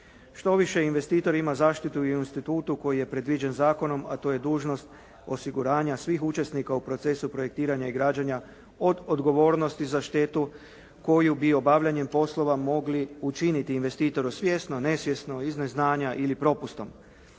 Štoviše, investitor ima zaštitu i u institutu koji je predviđen zakonom, a to je dužnost osiguranja svih učesnika u procesu projektiranja i građenja od odgovornosti za štetu koju bi obavljanjem poslova mogli učiniti investitoru svjesno, nesvjesno, iz neznanja ili propustom.